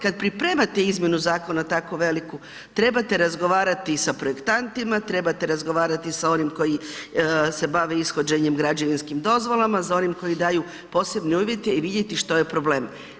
Kad pripremate izmjenu zakona tako veliku, trebate razgovarati sa projektantima, trebate razgovarati sa onim koji se bave sa ishođenjem građevinskim dozvolama, za onim koji daju posebne uvjete i vidjeti što je problem.